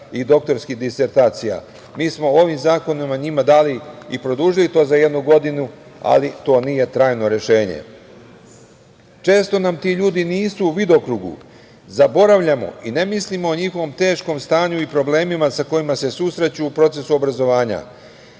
i doktorskih disertacija. Mi smo ovim zakonima njima dali i produžili to za jednu godinu, ali to nije trajno rešenje. Često nam ti ljudi nisu u vidokrugu, zaboravljamo i ne mislimo o njihovom teškom stanju i problemima sa kojima se susreću u procesu obrazovanja.